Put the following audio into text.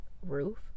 roof